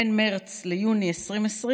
בין מרץ ליוני 2020,